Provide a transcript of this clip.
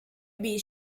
bee